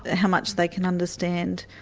ah how much they can understand,